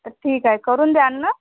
ठिक आहे करून द्याल ना